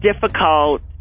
difficult